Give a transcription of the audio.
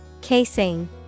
Casing